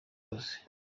wose